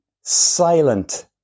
silent